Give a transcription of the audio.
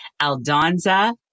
Aldonza